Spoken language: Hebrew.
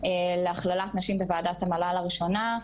להכללת נשים בוועדת המל"ל הראשונה,